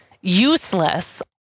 useless